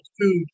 food